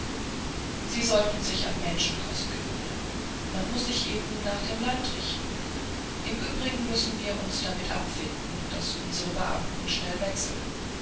sie sollten sich an menschenkost gewöhnen man muß sich eben nach dem land richten im übrigen müssen wir uns damit abfinden daß unsre beamten schnell wechseln